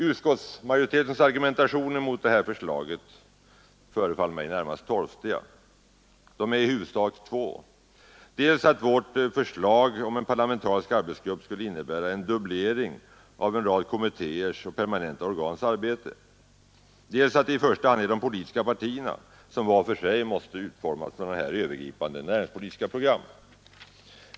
Utskottsmajoritetens argumentation mot det här förslaget förefaller mig närmast torftig. Argumenten är i huvudsak två: dels att vårt förslag om en parlamentarisk arbetsgrupp skulle innebära en dubblering av en rad kommittéers och permanenta organs arbete, dels att det i första hand är de politiska partierna som var för sig måste utforma sådana här övergripande näringspolitiska program.